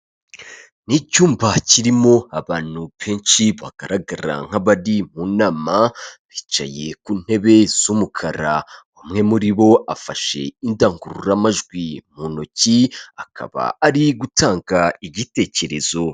Ni icyumba kirimo abantu benshi bagaragara nk'abari mu nama bicaye ku ntebe z'umukara. Umwe muri bo afashe indangururamajwi mu ntoki akaba ari gutanga igitekerezo.